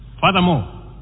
Furthermore